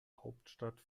hauptstadt